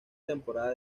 temporada